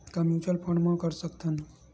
का mutual fund म कर सकत हन?